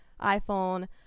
iPhone